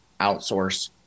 outsource